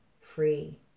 free